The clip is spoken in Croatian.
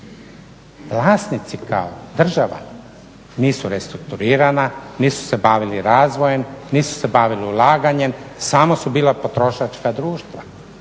vlasnici kao država nisu restrukturirana, nisu se bavili razvojem, nisu se bavili ulaganjem, samo su bila potrošačka društva.